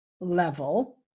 level